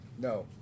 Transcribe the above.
No